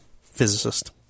physicist